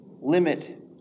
limit